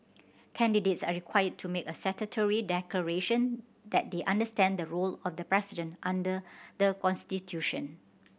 candidates are required to make a statutory declaration that they understand the role of the president under the constitution